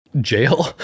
jail